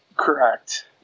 Correct